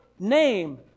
name